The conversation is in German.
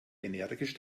energisch